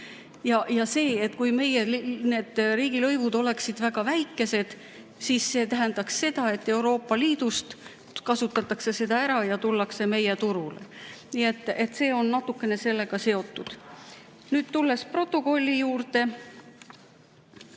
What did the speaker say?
firmad. Kui need meie riigilõivud oleksid väga väikesed, siis see tähendaks seda, et Euroopa Liidust kasutataks seda ära ja tuldaks meie turule. Nii et see on natuke sellega seotud. Nüüd, kui protokolli juurde